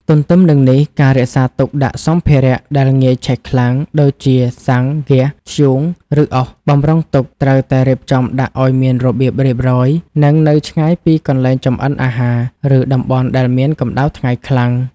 ទន្ទឹមនឹងនេះ ការរក្សាទុកដាក់សម្ភារៈដែលងាយឆេះខ្លាំង ដូចជា សាំង ហ្គាស ធ្យូង ឬអុស បម្រុងទុក ត្រូវតែរៀបចំដាក់ឱ្យមានរបៀបរៀបរយ និងនៅឆ្ងាយពីកន្លែងចម្អិនអាហារ ឬតំបន់ដែលមានកម្ដៅថ្ងៃខ្លាំង។